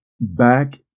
Back